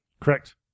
correct